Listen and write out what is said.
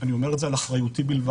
אני אומר את זה על אחריותי בלבד,